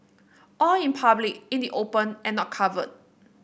all in public in the open and not covered